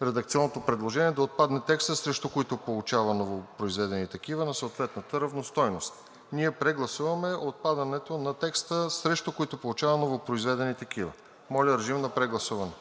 а редакционното предложение е да отпадне текстът „срещу които получава новопроизведени такива на съответната равностойност.“ Прегласуваме редакцията, колеги – отпадането на текста „срещу които получава новопроизведени такива.“ Моля, режим на прегласуване.